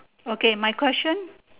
okay my question